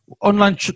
online